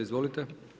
Izvolite.